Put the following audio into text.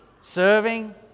serving